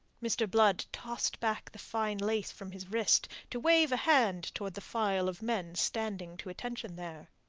mr. blood tossed back the fine lace from his wrist, to wave a hand towards the file of men standing to attention there.